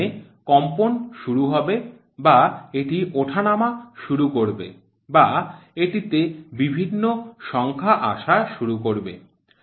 এখানে কম্পন শুরু হবে বা এটি ওঠানামা শুরু করবে বা এটিতে বিভিন্ন সংখ্যা আসা শুরু করবে